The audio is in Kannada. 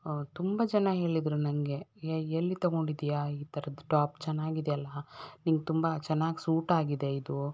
ತುಂಬ ಜನ ಹೇಳಿದರು ನನಗೆ ಹೇ ಎಲ್ಲಿ ತಗೊಂಡಿದ್ದೀಯ ಈ ಥರದ್ದು ಟಾಪ್ ಚೆನ್ನಾಗಿದೆಯಲ್ಲ ನಿಂಗೆ ತುಂಬ ಚೆನ್ನಾಗಿ ಸೂಟ್ ಆಗಿದೆ ಇದು